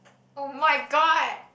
oh-my-god